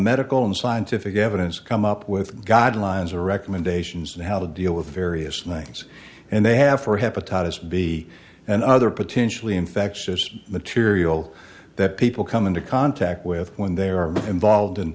medical and scientific evidence come up with god lies or recommendations on how to deal with various things and they have for hepatitis b and other potentially infectious material that people come into contact with when they are involved in